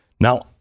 Now